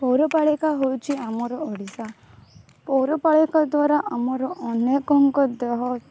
ପୌରପାଳିକା ହେଉଛି ଆମର ଓଡ଼ିଶା ପୌରପାଳିକା ଦ୍ୱାରା ଆମର ଅନେକଙ୍କ ଦେହ